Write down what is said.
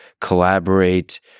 collaborate